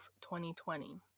2020